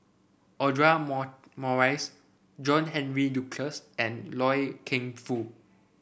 Audra more Morrice John Henry Duclos and Loy Keng Foo